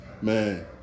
man